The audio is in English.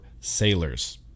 sailors